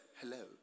Hello